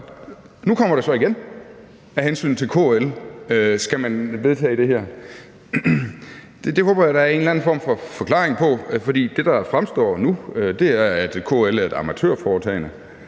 Nu kommer det så igen, og af hensyn til KL skal man vedtage det her. Det håber jeg der er en eller anden form for forklaring på, for det, der fremstår nu, er, at KL er et amatørforetagende,